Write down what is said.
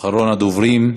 פורר, אחרון הדוברים.